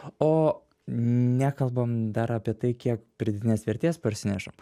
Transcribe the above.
o nekalbam dar apie tai kiek pridėtinės vertės parsinešam